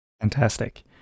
Fantastic